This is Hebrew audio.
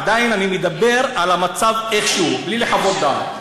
עדיין אני מדבר על המצב איך שהוא, בלי לחוות דעת.